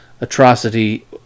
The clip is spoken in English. atrocity